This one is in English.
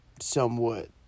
Somewhat